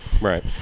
Right